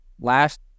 Last